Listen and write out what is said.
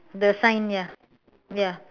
the sign ya ya